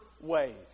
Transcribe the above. ways